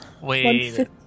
Wait